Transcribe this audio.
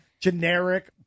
generic